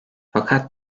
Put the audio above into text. fakat